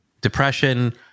depression